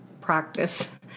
practice